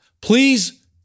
Please